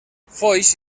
foix